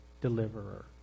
deliverer